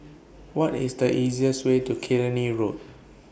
What IS The easiest Way to Killiney Road